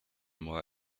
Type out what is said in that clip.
more